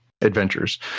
adventures